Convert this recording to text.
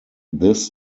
this